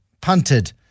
punted